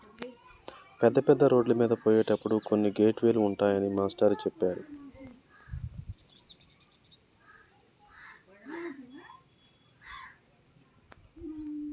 పెద్ద పెద్ద రోడ్లమీద పోయేటప్పుడు కొన్ని గేట్ వే లు ఉంటాయని మాస్టారు చెప్పారు